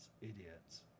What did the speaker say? idiots